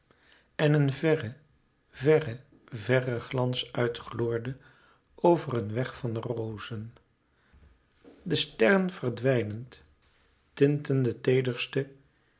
en een verre verre verre glans uit gloorde over een weg van rozen de sterren verdwijnend tintten de teederste